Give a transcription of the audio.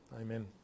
amen